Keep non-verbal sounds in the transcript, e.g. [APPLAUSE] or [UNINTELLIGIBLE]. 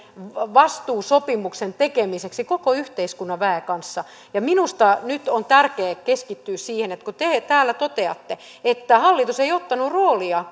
vastuusopimuksen tekemiseksi koko yhteiskunnan väen kanssa minusta nyt on tärkeä keskittyä siihen että kun te täällä toteatte että hallitus ei ottanut roolia [UNINTELLIGIBLE]